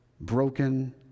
broken